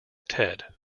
ted